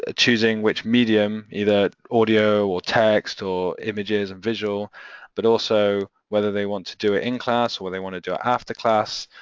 ah choosing which medium, either audio or text or images and visual but also whether they want to do it in class, whether they wanna do it after class,